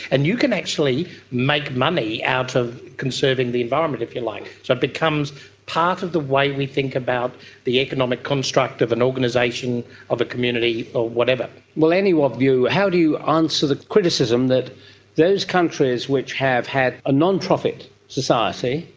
and you can actually make money out of conserving the environment, if you like. so it becomes part of the way we think about the economic construct of an organisation, of a community or whatever. well, any of you, how do you answer the criticism that those countries which have had a non-profit society,